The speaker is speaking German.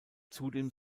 zudem